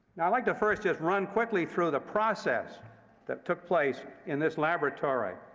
now, i'd like to first just run quickly through the process that took place in this laboratory.